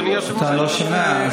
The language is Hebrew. אדוני היושב-ראש, אתה לא שומע.